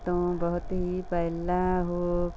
ਤੋਂ ਬਹੁਤ ਹੀ ਪਹਿਲਾਂ ਉਹ